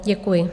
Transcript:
Děkuji.